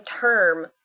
term